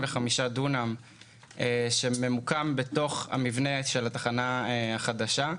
דונם שממוקם בתוך המבנה של התחנה החדשה,